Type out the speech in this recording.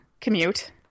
commute